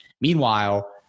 meanwhile